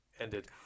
ended